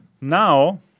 now